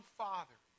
father